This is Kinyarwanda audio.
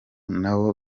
nabo